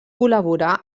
col·laborar